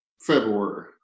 February